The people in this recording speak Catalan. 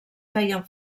feien